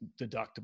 deductible